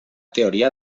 teoria